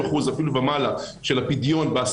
מחייבת לחזור לתו הירוק המקורי כי זה פשוט לא מתכתב ביחד,